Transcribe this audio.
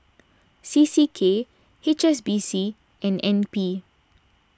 C C K H S B C and N P